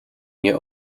nie